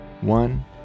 One